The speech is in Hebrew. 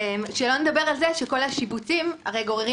שלא נדבר על זה שכל השיבוצים גוררים